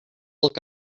look